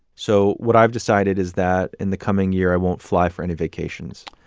so what i've decided is that, in the coming year, i won't fly for any vacations.